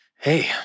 Hey